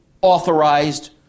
authorized